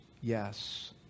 yes